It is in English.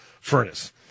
furnace